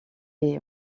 est